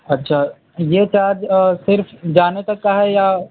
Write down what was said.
اچھا یہ چارج صرف جانے تک کا ہے یا